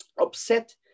upset